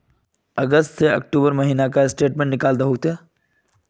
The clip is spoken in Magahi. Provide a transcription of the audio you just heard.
अगस्त से अक्टूबर महीना का स्टेटमेंट निकाल दहु ते?